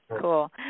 cool